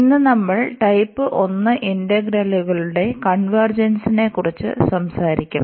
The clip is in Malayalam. ഇന്ന് നമ്മൾ ടൈപ്പ് 1 ഇന്റഗ്രലുകളുടെ കൺവെർഗെൻസിനെക്കുറിച്ച് സംസാരിക്കും